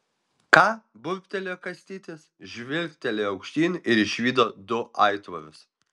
ką burbtelėjo kastytis žvilgtelėjo aukštyn ir išvydo du aitvarus